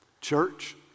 Church